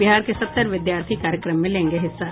बिहार के सत्तर विद्यार्थी कार्यक्रम में लेंगे हिस्सा